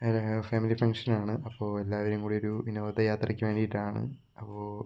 ഒരു ഫാമിലി ഫംഗ്ഷനാണ് അപ്പോൾ എല്ലാവരും കൂടി ഒരു വിനോദയാത്രയ്ക്ക് വേണ്ടിയിട്ടാണ് അപ്പോൾ